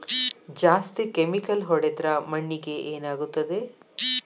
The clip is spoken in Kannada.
ಜಾಸ್ತಿ ಕೆಮಿಕಲ್ ಹೊಡೆದ್ರ ಮಣ್ಣಿಗೆ ಏನಾಗುತ್ತದೆ?